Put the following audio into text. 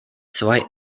zwei